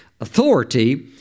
Authority